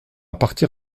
partir